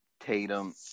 tatum